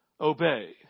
Obey